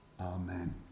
Amen